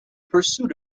pursuit